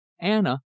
anna